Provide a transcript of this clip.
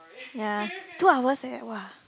ya two hours eh !wah!